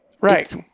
right